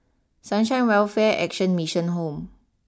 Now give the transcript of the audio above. Sunshine Welfare Action Mission Home